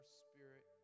spirit